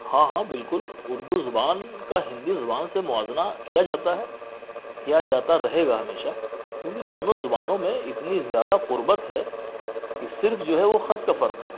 ہاں ہاں بالکل اردو زبان کا ہندی زبان سے موازنہ کیا جاتا ہے کیا جاتا رہے گا ہمیشہ کیونکہ دونوں زبانوں میں اتنی زیادہ قربت ہے کہ صرف جو ہے وہ خط کا فرق ہے